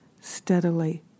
steadily